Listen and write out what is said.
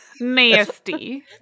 nasty